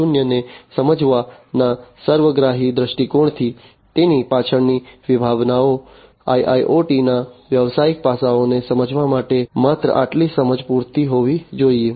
0 ને સમજવાના સર્વગ્રાહી દૃષ્ટિકોણથી તેની પાછળની વિભાવનાઓ IIoT ના વ્યવસાયિક પાસાઓને સમજવા માટે માત્ર આટલી સમજ પૂરતી હોવી જોઈએ